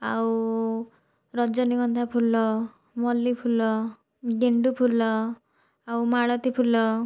ଆଉ ରଜନୀଗନ୍ଧା ଫୁଲ ମଲ୍ଲି ଫୁଲ ଗେଣ୍ଡୁ ଫୁଲ ଆଉ ମାଳତୀ ଫୁଲ